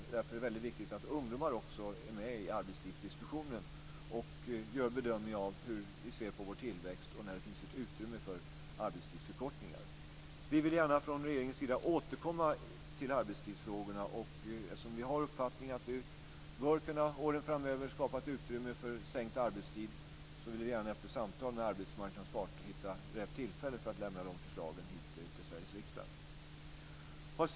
Därför är det väldigt viktigt att också ungdomar är med i arbetstidsdiskussionen och gör en bedömning av hur vi ser på vår tillväxt och när det finns ett utrymme för arbetstidsförkortningar. Vi vill gärna från regeringens sida återkomma till arbetstidsfrågorna. Eftersom vi har uppfattningen att vi under åren framöver bör kunna skapa ett utrymme för sänkt arbetstid vill vi gärna efter samtal med arbetsmarknadens parter hitta rätt tillfälle för att lämna de förslagen hit till Sveriges riksdag.